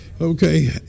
Okay